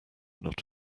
not